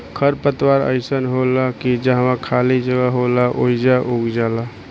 खर पतवार अइसन होला की जहवा खाली जगह होला ओइजा उग जाला